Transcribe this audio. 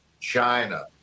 China